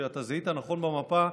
שאתה זיהית נכון במפה,